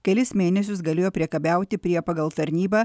kelis mėnesius galėjo priekabiauti prie pagal tarnybą